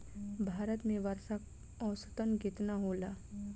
भारत में वर्षा औसतन केतना होला?